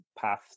path